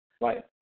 Right